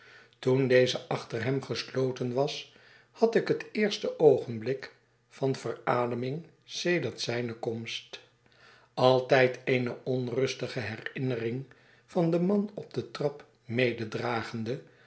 toen deze achter hem gesloten was had ik het eerste oogenblik van verademing sedert zijne komst altijd eene onrustige herinnering van den man op de trap